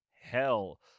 hell